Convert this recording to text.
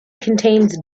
contains